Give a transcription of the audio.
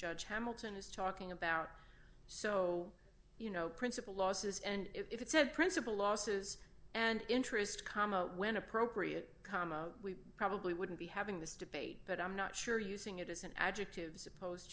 judge hamilton is talking about so you know principle losses and if it's a principle losses and interest common when appropriate comma we probably wouldn't be having this debate but i'm not sure using it as an adjective supposed